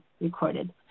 recorded